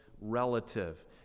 relative